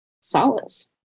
solace